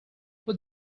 what